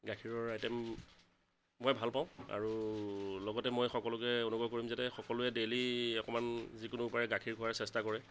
গাখীৰৰ আইটেম মই ভাল পাওঁ আৰু লগতে মই সকলোকে অনুগ্ৰহ কৰিম যাতে সকলোৱে ডেইলী অকণমান যিকোনো উপায়েৰে গাখীৰ খোৱাৰ চেষ্টা কৰে